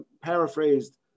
paraphrased